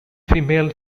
female